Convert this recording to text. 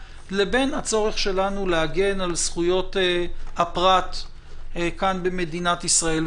לבין הצורך שלנו להגן על זכויות הפרט כאן במדינת ישראל.